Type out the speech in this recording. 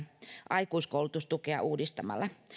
aikuiskoulutustukea uudistamalla